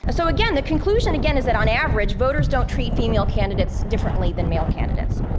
ah so again, the conclusion again is that on average voters don't treat female candidates differently than male candidates.